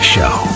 Show